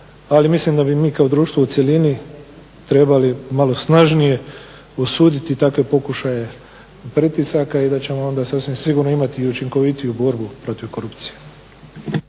ali mislim da bi mi kao društvo u cjelini trebali malo snažnije osuditi takve pokušaje pritisaka i da ćemo onda sasvim sigurno imati i učinkovitiju borbu protiv korupcije.